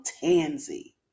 tansy